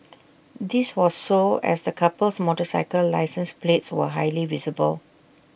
this was so as the couple's motorcycle license plates were highly visible